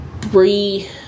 three